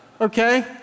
okay